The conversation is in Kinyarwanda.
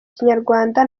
kinyarwanda